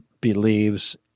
believes